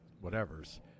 whatever's